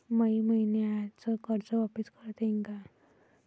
मले मईन्याचं कर्ज वापिस करता येईन का?